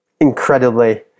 incredibly